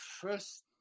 first